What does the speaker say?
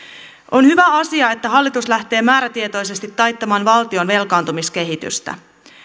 on hyvä asia että hallitus lähtee määrätietoisesti taittamaan valtion velkaantumiskehitystä